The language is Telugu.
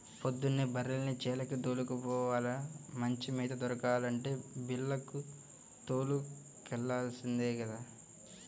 పొద్దున్నే బర్రెల్ని చేలకి దోలుకొని పోవాల, మంచి మేత దొరకాలంటే బీల్లకు తోలుకెల్లాల్సిందే గదా